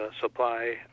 supply